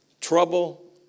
Trouble